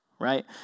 right